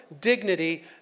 dignity